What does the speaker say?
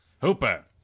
Hooper